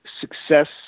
success